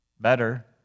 better